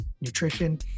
nutrition